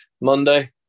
Monday